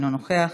אינו נוכח,